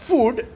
Food